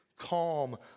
calm